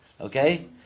Okay